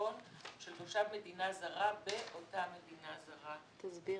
כחשבון של תושב מדינה זרה באותה מדינה זרה." תסבירי.